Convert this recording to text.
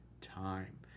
time